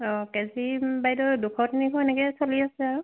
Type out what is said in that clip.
অঁ কেজি বাইদেউ দুশ তিনিশ এনেকৈয়ে চলি আছে আৰু